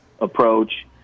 approach